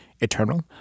eternal